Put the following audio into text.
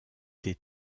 des